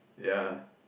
ya